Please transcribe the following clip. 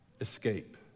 escape